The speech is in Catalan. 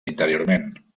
interiorment